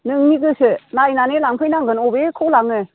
नोंनि गोसो नायनानै लांफैनांगोन अबेखौ लाङो